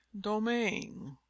domain